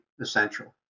essential